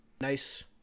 nice